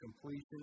completion